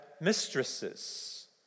mistresses